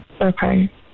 Okay